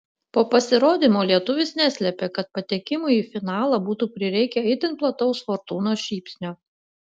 po pasirodymo lietuvis neslėpė kad patekimui į finalą būtų prireikę itin plataus fortūnos šypsnio